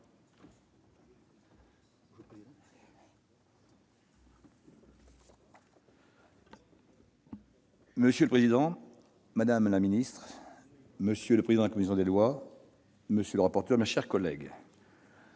Monsieur le président, monsieur le président de la commission des lois, monsieur le rapporteur, mes chers collègues,